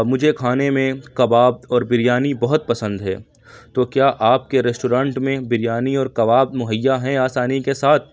مجھے کھانے میں کباب اور بریانی بہت پسند ہے تو کیا آپ کے ریسٹورانٹ میں بریانی اور کباب مہیا ہیں آسانی کے ساتھ